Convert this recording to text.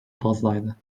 fazlaydı